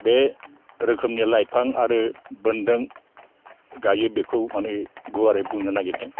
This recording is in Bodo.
बे रोखोमनि लाइफां आरो बोन्दों गायो बेखौ माने गुवारै बुंनो नागिरदों